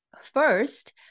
First